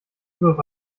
wirf